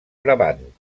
brabant